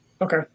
Okay